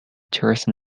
tourism